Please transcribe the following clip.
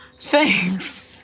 thanks